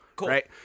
Right